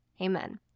Amen